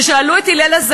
משפט אחרון, בבקשה.